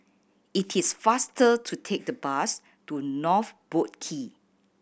it is faster to take the bus to North Boat Quay